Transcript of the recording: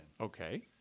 Okay